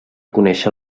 conèixer